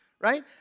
right